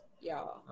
y'all